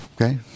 Okay